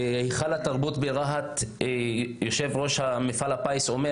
היכל התרבות ברהט יושב ראש מפעל הפיס אומר